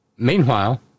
Meanwhile